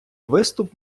виступ